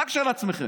רק של עצמכם,